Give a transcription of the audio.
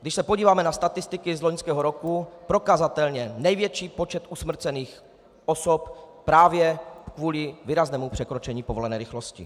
Když se podíváme na statistiky z loňského roku, prokazatelně největší počet usmrcených osob je právě kvůli výraznému překročení povolené rychlosti.